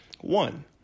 one